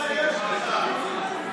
תתבייש לך.